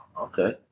Okay